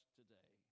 today